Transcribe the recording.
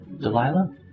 Delilah